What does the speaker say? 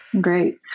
Great